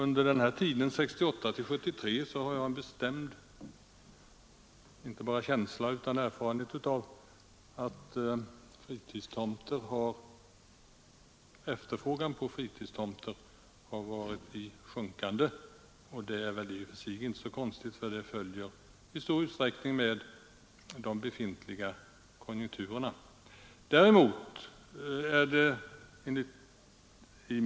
Jag har inte bara en bestämd känsla utan erfarenhet av att under tiden 1968-1973 har efterfrågan på fritidstomter varit i sjunkande. Det är i och för sig inte så konstigt, för efterfrågan följer i stor utsträckning med de befintliga konjunkturerna.